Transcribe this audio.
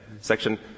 Section